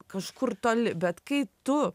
kažkur toli bet kai tu